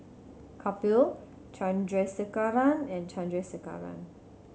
Kapil Chandrasekaran and Chandrasekaran